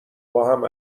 باهم